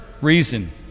reason